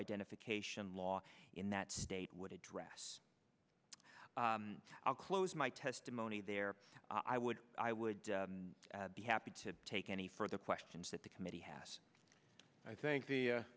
identification law in that state would address a close my testimony there i would i would be happy to take any further questions that the committee has i think the